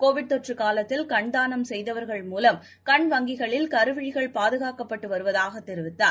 Covid தொற்றுகாலத்தில் கண் தானம் செய்தவர்கள் மூலம் கண் வங்கிகளில் கருவிழிகள் பாதுகாக்கப்பட்டுவருவதாகதெரிவித்தார்